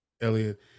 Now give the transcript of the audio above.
Elliot